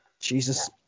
Jesus